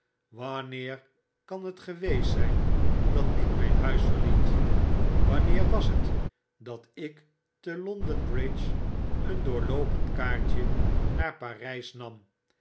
wanneer kan het geweest zijn dat ik mijn huis verliet wanneer was het dat ik te londen bridge een doorloopend kaartje naar parys nam